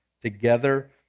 together